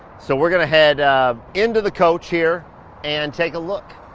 so we're going to head into the coach here and take a look.